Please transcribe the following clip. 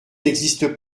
n’existe